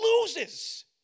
loses